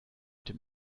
dem